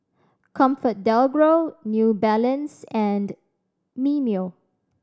ComfortDelGro New Balance and Mimeo